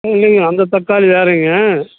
ஆ இல்லைங்க அந்த தக்காளி வேறேங்க